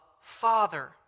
Father